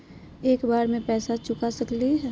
एक बार में पैसा चुका सकालिए है?